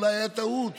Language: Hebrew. אולי הייתה טעות.